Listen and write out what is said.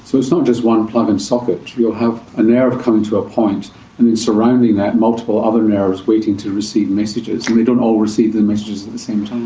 so it's not just one plug and socket, you'll have a nerve coming to a point and then surrounding that, multiple other nerves waiting to receive messages, and they don't all receive the messages at the same time.